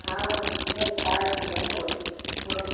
हँ जाए लऽ चाहैत छी देखबै बोलू